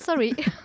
sorry